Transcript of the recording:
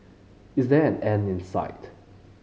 is there an end in sight